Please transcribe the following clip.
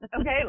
Okay